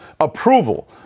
Approval